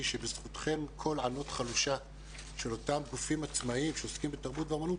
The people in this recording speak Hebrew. שבזכותכם קול ענות חלושה של אותם גופים עצמאיים שעוסקים בתרבות ואומנות,